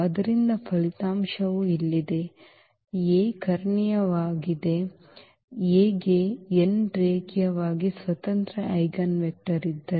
ಆದ್ದರಿಂದ ಫಲಿತಾಂಶವು ಇಲ್ಲಿದೆ A A ಕರ್ಣೀಯವಾಗಿದೆ A ಗೆ n ರೇಖೀಯವಾಗಿ ಸ್ವತಂತ್ರ ಐಜೆನ್ ವೆಕ್ಟರ್ ಇದ್ದರೆ